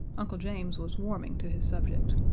uncle james was warming to his subject.